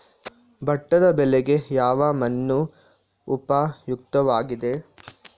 ಭತ್ತದ ಬೆಳೆಗೆ ಯಾವ ಮಣ್ಣು ಉಪಯುಕ್ತವಾಗಿದೆ?